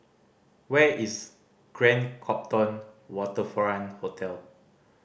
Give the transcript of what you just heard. where is Grand Copthorne Waterfront Hotel